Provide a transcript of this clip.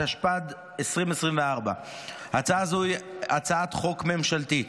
התשפ"ד 2024. הצעה זו היא הצעת חוק ממשלתית.